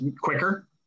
quicker